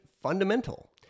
fundamental